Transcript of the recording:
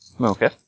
Okay